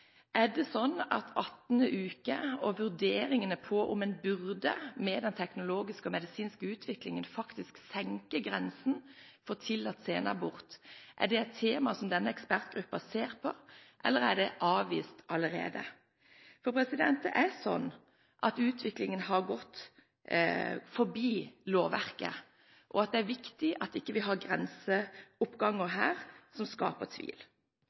det er sånn at man vurderer om man faktisk burde, med den teknologiske og medisinske utviklingen som har vært, senke grensen for tillatt senabort? Er det et tema som denne ekspertgruppen ser på, eller er det avvist allerede? For det er sånn at utviklingen har gått forbi lovverket, og det er viktig at vi ikke har grenseoppganger som skaper tvil.